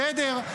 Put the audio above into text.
בסדר.